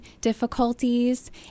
difficulties